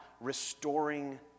restoring